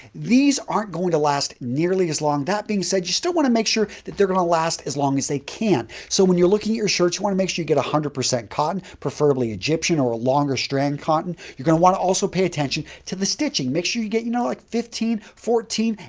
these aren't going to last nearly as long. that being said, you still want to make sure that they're going to last as long as they can. so, when you're looking at your shirts, you want to make sure you get one hundred percent cotton preferably egyptian or a longer strand cotton. you're going to want to also pay attention to the stitching. make sure you get, you know, like fifteen, fourteen,